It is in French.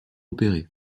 opéré